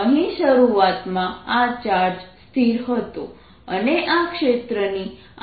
અહીં શરૂઆતમાં આ ચાર્જ સ્થિર હતો અને આ ક્ષેત્રની આ રીતે બહાર જઈ રહ્યું છે